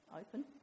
open